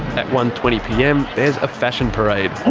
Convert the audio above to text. at one. twenty pm there's a fashion parade.